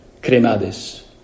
Cremades